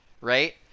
right